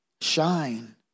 shine